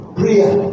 prayer